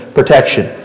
protection